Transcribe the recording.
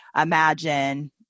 imagine